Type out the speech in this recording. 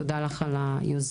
תודה לכם על היוזמה.